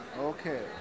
Okay